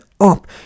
up